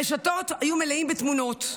הרשתות היו מלאות בתמונות: